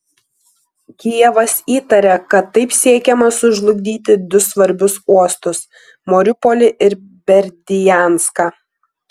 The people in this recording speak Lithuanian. kijevas įtaria kad taip siekiama sužlugdyti du svarbius uostus mariupolį ir berdianską